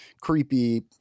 creepy